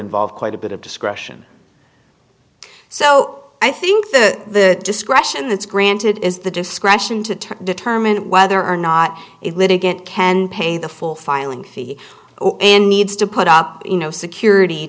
involve quite a bit of discretion so i think the discretion that's granted is the discretion to determine whether or not it litigant can pay the full filing fee and needs to put up you know security